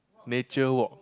nature walk